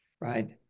Right